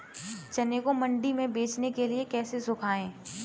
चने को मंडी में बेचने के लिए कैसे सुखाएँ?